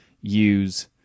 use